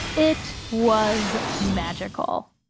it was magical.